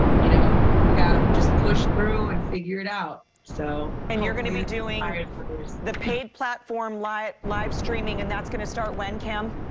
you know, we got to just push through and figure it out. courtney so and you're going to be doing the paid platform like livestreaming and that's going to start when, kam?